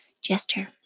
gesture